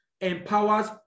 empowers